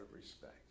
respect